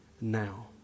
now